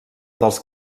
dels